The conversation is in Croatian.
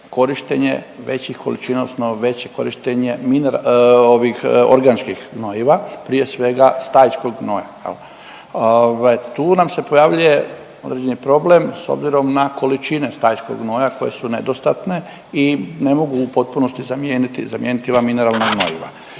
korištenje većih količina, odnosno veće korištenje organskih gnojiva, prije svega stajskog gnoja. Tu nam se pojavljuje određeni problem s obzirom na količine stajskog gnoja koje su nedostatne i ne mogu u potpunosti zamijeniti, zamijeniti ova